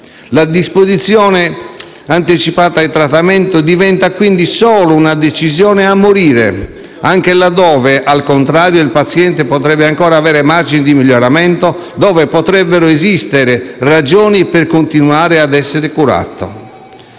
evidenza scientifica. La DAT diventa quindi solo una decisione a morire, anche laddove, al contrario, il paziente potrebbe ancora avere margini di miglioramento, dove potrebbero esistere ragioni per continuare ad essere curato.